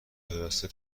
پیوسته